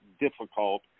difficult